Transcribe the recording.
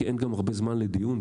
כי גם אין הרבה זמן לדיון,